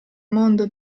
mondo